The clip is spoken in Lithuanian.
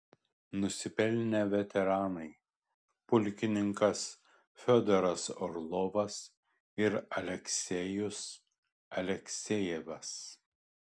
nusipelnę veteranai pulkininkai fiodoras orlovas ir aleksejus aleksejevas